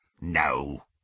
No